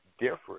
different